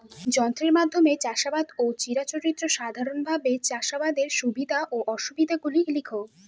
যন্ত্রের মাধ্যমে চাষাবাদ ও চিরাচরিত সাধারণভাবে চাষাবাদের সুবিধা ও অসুবিধা গুলি লেখ?